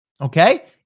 okay